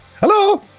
Hello